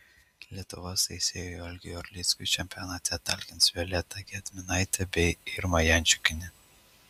lietuvos teisėjui algiui orlickui čempionate talkins violeta gedminaitė bei irma jančiukienė